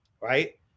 Right